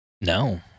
No